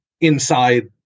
inside